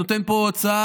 אני נותן פה הצעה.